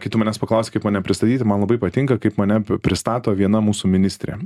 kai tu manęs paklausei kaip mane pristatyti man labai patinka kaip mane pristato viena mūsų ministrė